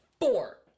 four